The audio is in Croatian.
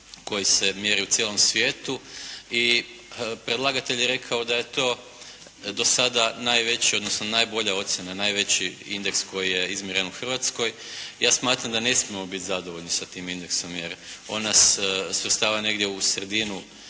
koji se mjeri u cijelom svijetu i predlagatelj je rekao da je to do sada najveći odnosno najbolja ocjena, najveći indeks koji je izmjeren u Hrvatskoj. Ja smatram da ne smijemo biti zadovoljni sa tim indeksom jer on nas svrstava negdje u sredinu